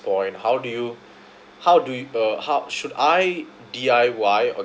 point how do you how do (err)how should I D_I_Y or